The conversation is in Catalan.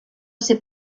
ser